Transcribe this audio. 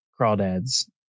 crawdads